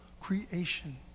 creation